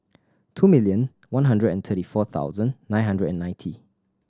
two million one hundred and thirty four thousand nine hundred and ninety